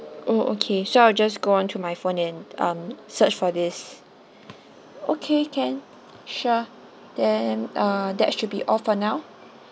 oh okay so I'll just go on to my phone and um search for this okay can sure then uh that should be all for now